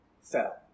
fell